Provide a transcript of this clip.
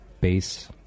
base